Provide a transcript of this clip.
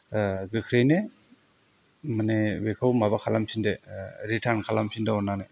गोख्रैयैनो माने बेखौ माबा खालामफिनदो रिटार्न खालामफिनदो अननानै